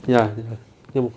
ya ya